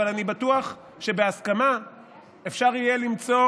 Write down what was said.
אבל אני בטוח שבהסכמה אפשר יהיה למצוא